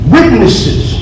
Witnesses